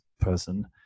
person